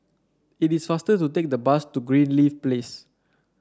it is faster to take the bus to Greenleaf Place